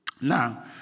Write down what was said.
Now